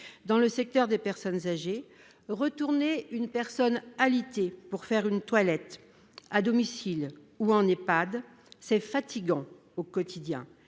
dans le secteur des soins aux personnes âgées, retourner une personne alitée pour réaliser une toilette, à domicile ou en Ehpad, est fatigant au quotidien.